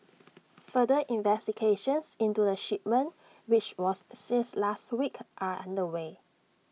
further investigations into the shipment which was seized last week are underway